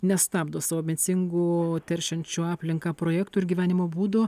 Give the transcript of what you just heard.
nestabdo savo ambicingų teršiančių aplinką projektų ir gyvenimo būdo